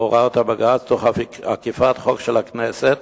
בהוראת הבג"ץ, תוך עקיפת חוק של הכנסת